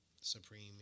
Supreme